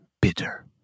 Bitter